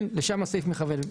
לשם הסעיף מכוון.